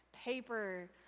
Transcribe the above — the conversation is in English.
Paper